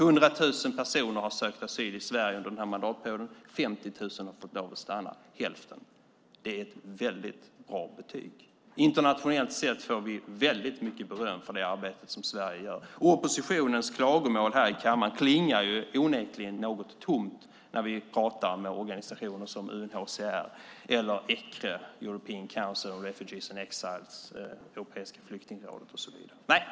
Under den här mandatperioden har 100 000 personer sökt asyl i Sverige, och 50 000 har fått lov att stanna. Det är hälften. Det är ett väldigt bra betyg. Internationellt sett får vi väldigt mycket beröm för det arbete som Sverige gör. Oppositionens klagomål här i kammaren klingar ju onekligen något tomt när vi pratar med organisationer som UNHCR eller ECRE, European Council on Refugees and Exiles, Europeiska flyktingrådet och så vidare.